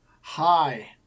Hi